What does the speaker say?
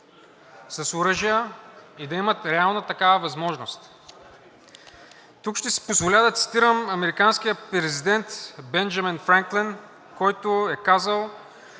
с оръжия и да имат реално такава възможност. Тук ще си позволя да цитирам американския президент Бенджамин Франклин, който е казал: